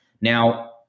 Now